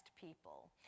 people